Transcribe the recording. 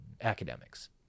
Academics